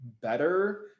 better